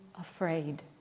afraid